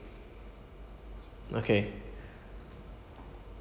okay